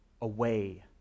away